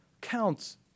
counts